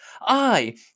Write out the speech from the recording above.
I